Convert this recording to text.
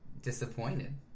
disappointed